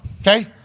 okay